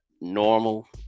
normal